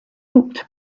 booked